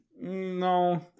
No